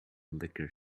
liquor